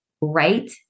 right